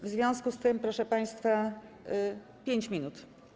W związku z tym, proszę państwa, 5 minut.